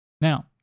Now